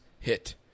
hit